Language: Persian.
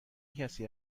کسی